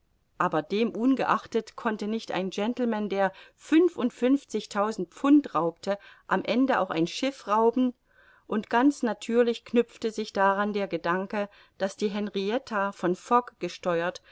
aber demungeachtet konnte nicht ein gentleman der fünfundfünfzigtausend pfund raubte am ende auch ein schiff rauben und ganz natürlich knüpfte sich daran der gedanke daß die henrietta von